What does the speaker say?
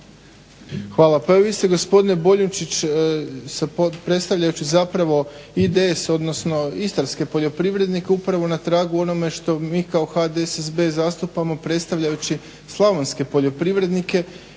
Hvala. Pa evo vi ste gospodine Boljunčić predstavljajući zapravo IDS odnosno Istarske poljoprivrednike upravo na tragu onome što mi kao HDSSB zastupamo predstavljajući slavonske poljoprivrednike